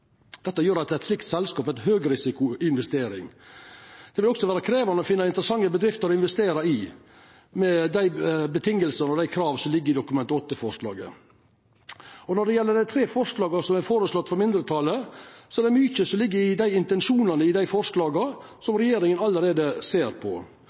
Dette gjer at eit slikt selskap er ei høgrisikoinvestering. Det vil også vera krevjande å finna interessante bedrifter å investera i med dei vilkåra og dei krava som ligg i Dok. 8-forslaget. Når det gjeld dei tre forslaga frå mindretalet, er det mykje som ligg i intensjonane i dei forslaga som regjeringa allereie ser på.